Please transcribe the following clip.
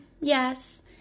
yes